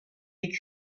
est